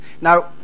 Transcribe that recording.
now